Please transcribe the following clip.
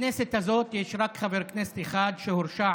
בכנסת הזאת יש רק חבר כנסת אחד שהורשע